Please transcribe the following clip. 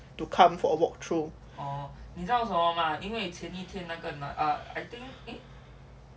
to come for a walk through